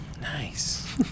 Nice